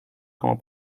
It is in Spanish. como